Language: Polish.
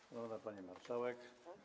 Szanowna Pani Marszałek!